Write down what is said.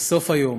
בסוף היום